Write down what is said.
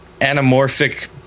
anamorphic